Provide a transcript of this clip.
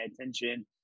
attention